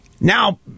Now